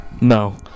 No